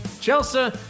Chelsea